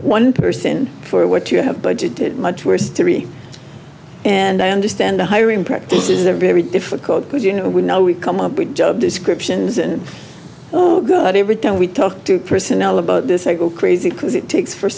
one person for what you have budgeted much worse and i understand the hiring practices are very difficult because you know we know we come up with job descriptions and oh goody every time we talk to personnel about this i go crazy because it takes for